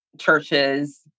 churches